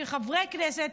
חבל מאוד שחברי כנסת,